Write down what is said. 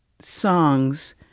songs